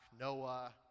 Noah